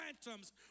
Phantoms